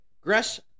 Gress